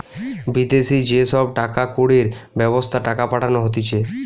বিদেশি যে সব টাকা কড়ির ব্যবস্থা টাকা পাঠানো হতিছে